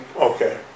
Okay